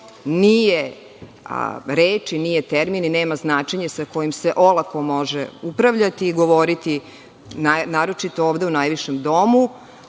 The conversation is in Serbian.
nije reč i nije termin i nema značenje sa kojim se olako može upravljati i govoriti, naročito ovde u najvišem domu.